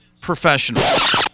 professionals